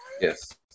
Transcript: Yes